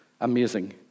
amazing